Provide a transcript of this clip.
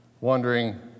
Wondering